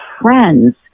friends